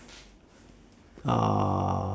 uh